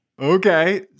Okay